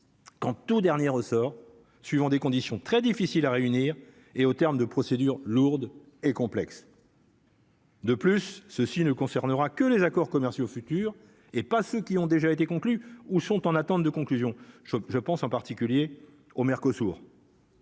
qu'en tout dernier ressort suivant des conditions très difficiles à réunir, et au terme de procédures lourdes et complexes. De plus, ceux-ci ne concernera que les accords commerciaux futurs et pas ceux qui ont déjà été conclus ou sont en attente de conclusion je je pense en particulier au Mercosur.